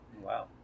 Wow